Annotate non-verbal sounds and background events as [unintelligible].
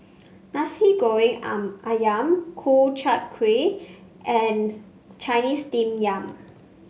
Nasi Goreng [unintelligible] ayam Ku Chai Kuih and Chinese Steamed Yam